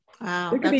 Wow